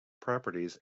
properties